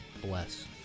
bless